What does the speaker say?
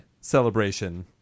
celebration